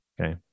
Okay